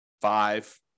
five